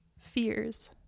fears